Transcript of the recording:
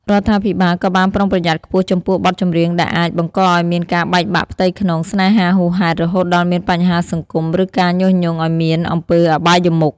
រដ្ឋាភិបាលក៏បានប្រុងប្រយ័ត្នខ្ពស់ចំពោះបទចម្រៀងដែលអាច បង្កឱ្យមានការបែកបាក់ផ្ទៃក្នុង ស្នេហាហួសហេតុរហូតដល់មានបញ្ហាសង្គម ឬការញុះញង់ឱ្យមានអំពើអបាយមុខ។